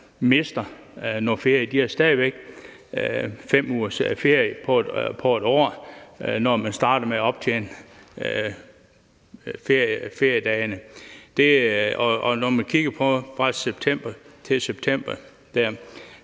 mister noget ferie. Man har stadig væk 5 ugers ferie på 1 år, når man begynder at optjene feriedagene. Og hvis man kigger på perioden fra september til september,